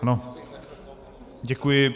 Ano, děkuji.